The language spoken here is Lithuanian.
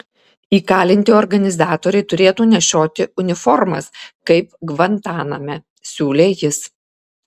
įkalinti organizatoriai turėtų nešioti uniformas kaip gvantaname siūlė jis